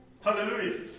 Hallelujah